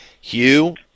hugh